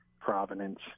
provenance